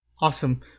Awesome